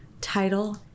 title